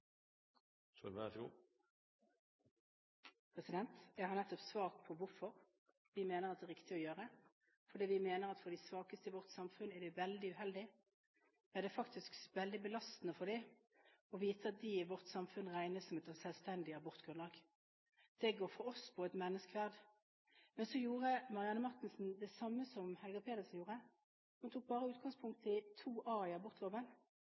riktig å gjøre. Vi mener at for de svakeste i vårt samfunn er det veldig uheldig – det er faktisk veldig belastende – å vite at de i vårt samfunn regnes som et selvstendig abortgrunnlag. Det går for oss på menneskeverd. Men så gjorde Marianne Marthinsen det samme som Helga Pedersen gjorde. Hun tok bare utgangspunkt i § 2 a) i abortloven